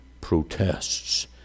protests